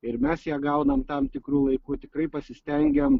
ir mes ją gaunam tam tikru laiku tikrai pasistengiam